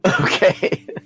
Okay